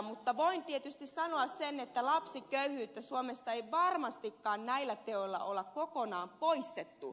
mutta voin tietysti sanoa sen että lapsiköyhyyttä suomesta ei varmastikaan näillä teoilla ole kokonaan poistettu